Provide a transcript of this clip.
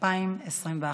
לפי סעיף 4(ד)(2)(ג)